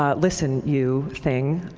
ah listen you, thing,